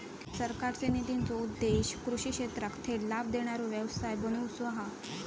सरकारचे नितींचो उद्देश्य कृषि क्षेत्राक थेट लाभ देणारो व्यवसाय बनवुचा हा